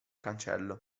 cancello